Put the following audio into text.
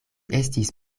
estis